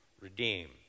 redeem